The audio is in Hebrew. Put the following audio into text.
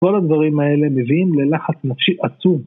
כל הדברים האלה מביאים ללחץ נפשי עצום.